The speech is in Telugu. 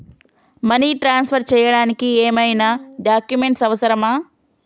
మనీ ట్రాన్స్ఫర్ చేయడానికి ఏమైనా డాక్యుమెంట్స్ అవసరమా?